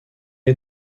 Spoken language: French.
est